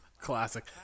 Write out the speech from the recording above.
Classic